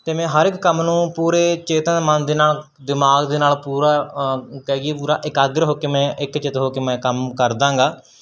ਅਤੇ ਮੈਂ ਹਰ ਇੱਕ ਕੰਮ ਨੂੰ ਪੂਰੇ ਚੇਤਨ ਮਨ ਦੇ ਨਾਲ ਦਿਮਾਗ ਦੇ ਨਾਲ ਪੂਰਾ ਕਹਿ ਦਈਏ ਪੂਰਾ ਇਕਾਗਰ ਹੋ ਕੇ ਮੈਂ ਇੱਕ ਚਿੱਤ ਹੋ ਕੇ ਮੈਂ ਕੰਮ ਕਰਦਾ ਹੈਗਾ